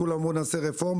כולם אומרים בואו נעשה רפורמה.